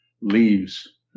leaves